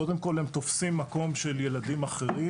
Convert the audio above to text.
קודם כל הם תופסים מקום של ילדים אחרים